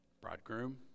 bridegroom